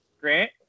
Grant